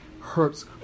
hurts